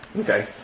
Okay